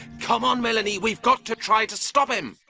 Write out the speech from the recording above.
come on, melanie, we've got to try to stop him!